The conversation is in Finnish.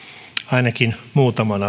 ainakin muutaman